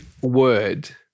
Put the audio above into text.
word